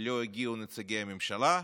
לא הגיעו נציגי הממשלה,